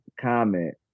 comment